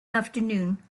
afternoon